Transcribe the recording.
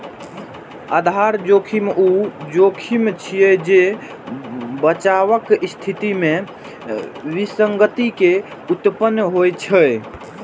आधार जोखिम ऊ जोखिम छियै, जे बचावक स्थिति मे विसंगति के उत्पन्न होइ छै